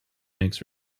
makes